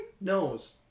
nose